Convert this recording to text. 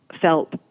felt